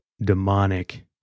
demonic